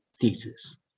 thesis